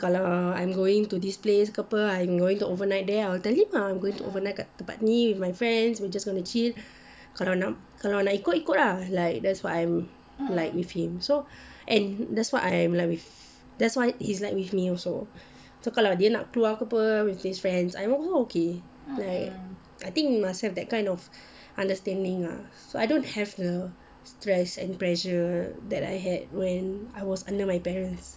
kalau I'm going to this place ke apa I'm going to overnight there I'll tell him lah I'm going to overnight kat tempat ni with my friends we just wanna chill kalau nak ikut ikut ah like like that's what I'm like with him so and that's what I'm like with that's why he's like with me also so kalau dia nak keluar ke apa with his friends I'm also okay like I think must have that kind of understanding lah so I don't have the stress and pressure that I had when I was under my parents